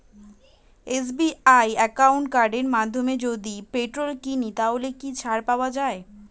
SBI credit কার্ডের মাধ্যমে যদি পেট্রোল কিনি তাহলে কি ছাড় পাওয়া যায়?